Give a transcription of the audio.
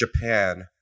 Japan